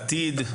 עתיד.